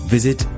Visit